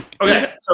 Okay